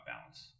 balance